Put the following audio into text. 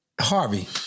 Harvey